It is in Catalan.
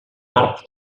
marcs